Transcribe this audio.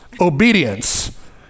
obedience